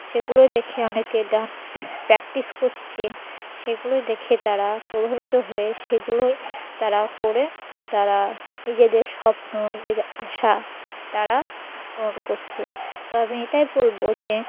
সেগুলোই দেখে অনেকে ডান্স প্র্যাকটিস করছে সেগুলোই দেখে তারা প্রভাবিত হয়ে সেগুলোই তারা করে তারা নিজেদের স্বপ্ন নিজেদের আশা তারা পূরণ করছে তবে এটাই বলব যে